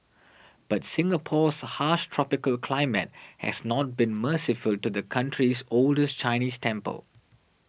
but Singapore's harsh tropical climate has not been merciful to the country's oldest Chinese temple